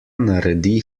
naredi